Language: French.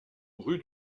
rue